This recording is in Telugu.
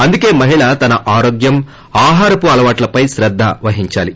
అందుకే మహిళ తన ఆరోగ్యం ఆహారపు అలవాట్లపై కేద్ద వహిందాలి